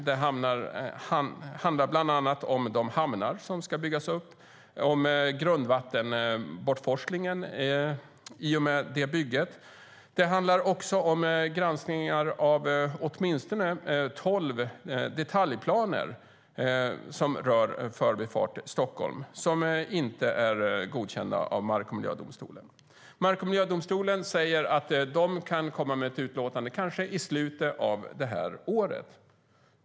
Det handlar bland annat om de hamnar som ska byggas upp och om grundvattenbortforslingen i och med det bygget. Det handlar också om granskningar av åtminstone tolv detaljplaner som rör Förbifart Stockholm, som inte är godkända av mark och miljödomstolen. Mark och miljödomstolen säger att man kanske kan komma med ett utlåtande i slutet av det här året.